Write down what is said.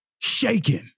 Shaking